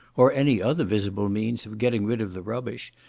or any other visible means of getting rid of the rubbish,